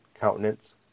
countenance